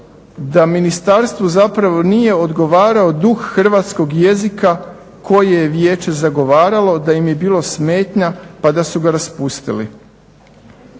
da ministarstvu zapravo nije odgovarao duh hrvatskog jezika koji je vijeće zagovaralo, da im je bilo smetnja pa da su ga raspustili.